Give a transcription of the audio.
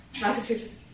Massachusetts